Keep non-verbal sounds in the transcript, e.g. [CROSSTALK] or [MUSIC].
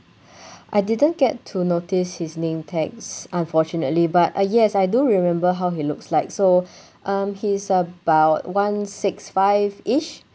I didn't get to notice his name tags unfortunately but uh yes I do remember how he looks like so [BREATH] um he's about one six five ish